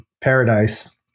paradise